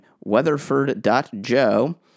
Weatherford.Joe